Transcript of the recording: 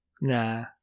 Nah